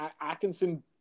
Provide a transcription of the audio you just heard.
Atkinson